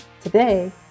Today